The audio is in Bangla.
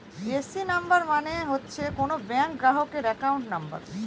এ.সি নাম্বার মানে হচ্ছে কোনো ব্যাঙ্ক গ্রাহকের একাউন্ট নাম্বার